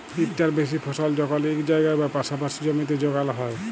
ইকটার বেশি ফসল যখল ইক জায়গায় বা পাসাপাসি জমিতে যগাল হ্যয়